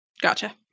Gotcha